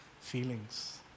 feelings